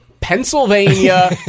Pennsylvania